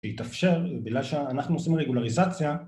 להתאפשר בגלל שאנחנו עושים רגולריזציה